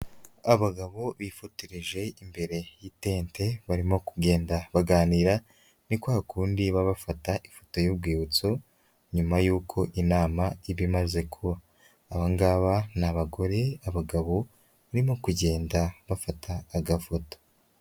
Abagabo bifotoreje imbere y'itente barimo kugenda baganira, ni kwa kundi baba bafata ifoto y'urwibutso nyuma y'uko inama iba imaze kuba, abangabo n'abagore abagabo barimo kugenda bafata agafoto.